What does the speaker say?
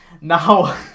Now